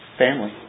family